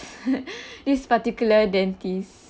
this particular dentist